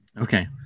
Okay